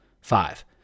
five